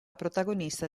protagonista